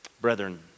brethren